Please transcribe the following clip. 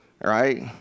right